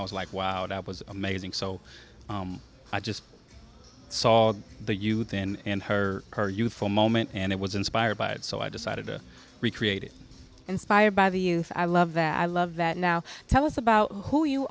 i was like wow that was amazing so i just saw the youth and her her youthful moment and it was inspired by it so i decided to recreate it inspired by the youth i love that i love that now tell us about who you